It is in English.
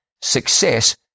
Success